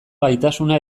gaitasuna